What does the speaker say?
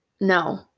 No